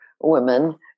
women